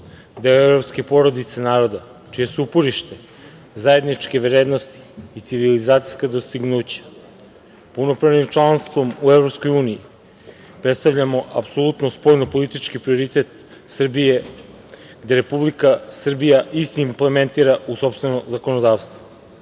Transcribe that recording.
deo evropske porodice naroda, čije su uporište zajedničke vrednosti i civilizacijska dostignuća. Punopravnim članstvom u EU predstavljamo apsolutno spoljno-politički prioritet Srbija, gde Republika Srbija isto implementira u sopstveno zakonodavstvo. Promena